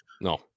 no